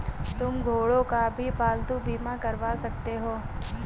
तुम घोड़ों का भी पालतू बीमा करवा सकते हो